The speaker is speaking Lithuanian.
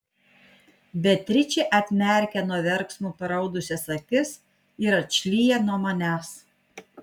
beatričė atmerkia nuo verksmo paraudusias akis ir atšlyja nuo manęs